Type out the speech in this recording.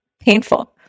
painful